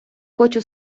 хочу